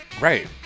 Right